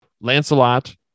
lancelot